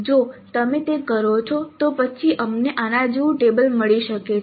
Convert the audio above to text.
જો તમે તે કરો છો તો પછી અમને આના જેવું ટેબલ મળી શકે છે